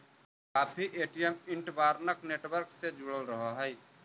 काफी ATM interbank network से जुड़ल रहऽ हई